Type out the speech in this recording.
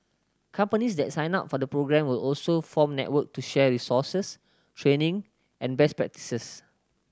companies that sign up for the programme will also form network to share resources training and best practices